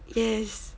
yes